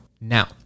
Now